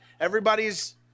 Everybody's